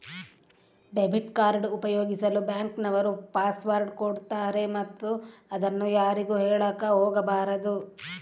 debit card ಉಪಯೋಗಿಸಲು bank ನವರು password ಕೊಡ್ತಾರೆ ಮತ್ತು ಅದನ್ನು ಯಾರಿಗೂ ಹೇಳಕ ಒಗಬಾರದು